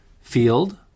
field